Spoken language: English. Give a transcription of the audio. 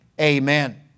amen